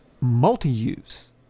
Multi-use